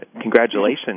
Congratulations